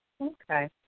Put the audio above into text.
Okay